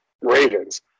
ravens